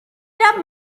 that